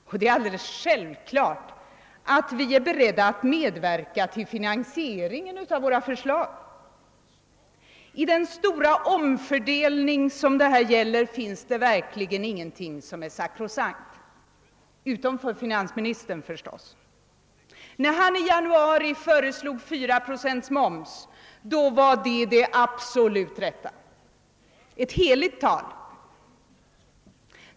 Och det är alldeles självklart att vi är beredda att medverka till finansieringen av våra förslag. I den stora omfördelning det här gäller finns det verkligen ingenting som är sakrosankt — utom för finansministern förstås. När han i januari föreslog 4 procent moms, då var det absolut det rätta, ett heligt tal.